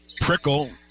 Prickle